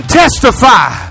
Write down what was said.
testify